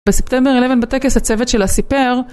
בספטמבר 11 בטקס הצוות שלה סיפר